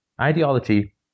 ideology